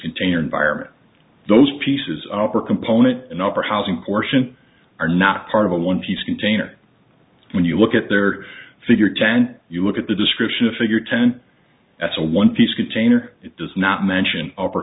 container environment those pieces up or component an opera housing portion are not part of a one piece container when you look at their figure jan you look at the description of figure ten that's a one piece container it does not mention upper